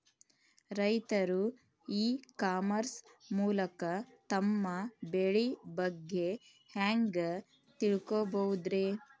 ರೈತರು e commerce ಮೂಲಕ ತಮ್ಮ ಬೆಳಿ ಬಗ್ಗೆ ಹ್ಯಾಂಗ ತಿಳ್ಕೊಬಹುದ್ರೇ?